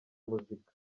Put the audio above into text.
muzika